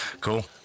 cool